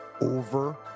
over